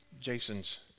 Jason's